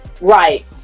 Right